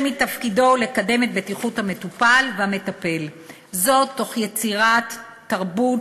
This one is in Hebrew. שמתפקידו לקדם את בטיחות המטופל והמטפל תוך יצירת תרבות